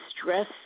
stress